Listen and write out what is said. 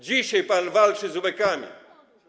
Dzisiaj pan walczy z ubekami.